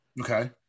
Okay